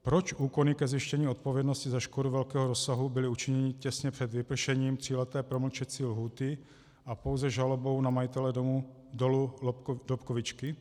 Proč úkony ke zjištění odpovědnosti za škody velkého rozsahu byly učiněny těsně před vypršením tříleté promlčecí lhůty a pouze žalobou na majitele dolu Dobkovičky?